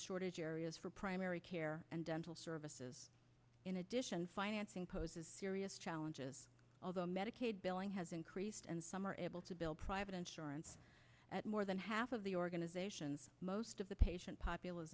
shortage areas for primary care and dental services in addition financing poses serious challenges although medicaid billing has increased and some are able to build private insurance at more than half of the organization's most of the patient populace